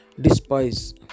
Despise